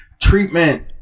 treatment